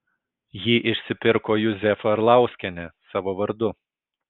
jį išsipirko juzefa arlauskienė savo vardu